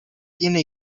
tiene